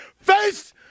face